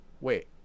Wait